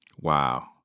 Wow